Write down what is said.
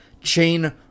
chain